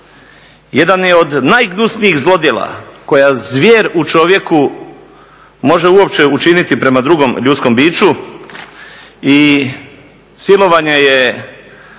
jedan je od najgnusnijih zlodjela koja zvijer u čovjeku može uopće učiniti prema drugom ljudskom biću i silovanje je